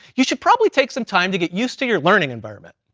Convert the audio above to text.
you should probably take some time to get used to your learning environment.